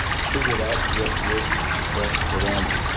figured out what worked best for them.